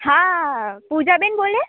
હા પૂજાબેન બોલે